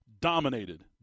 dominated